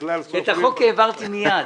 את החוק העברתי מיד.